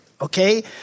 Okay